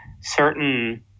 certain